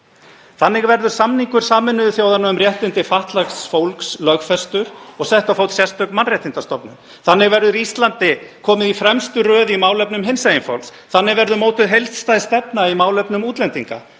Þannig verður samningur Sameinuðu þjóðanna um réttindi fatlaðs fólks lögfestur og sett á fót sérstök mannréttindastofnun. Þannig verður Íslandi komið í fremstu röð í málefnum hinsegin fólks. Þannig verður mótuð heildstæð stefna í málefnum útlendinga.